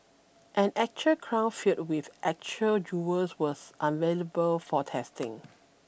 an actual crown filled with actual jewels was unavailable for testing